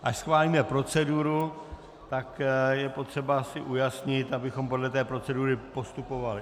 Až schválíme proceduru, tak je potřeba si ujasnit, abychom podle té procedury postupovali.